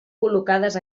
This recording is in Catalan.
col·locades